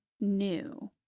new